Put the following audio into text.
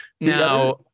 Now